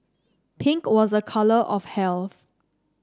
pink was a colour of health